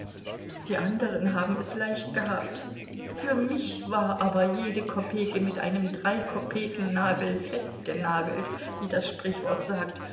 die anderen haben es leicht gehabt für mich war aber jede kopeke mit einem dreikopekennagel festgenagelt wie das sprichwort sagt